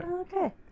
Okay